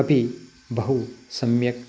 अपि बहु सम्यक्